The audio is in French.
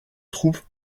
troupes